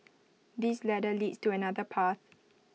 this ladder leads to another path